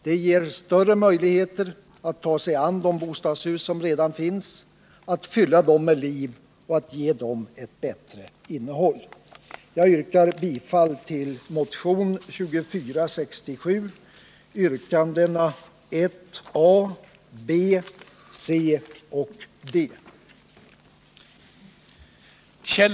Det ger större möjligheter att ta sig an de bostadshus som redan finns, att fylla dem med liv och att ge dem ett bättre innehåll.